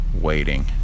waiting